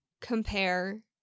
compare